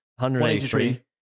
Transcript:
183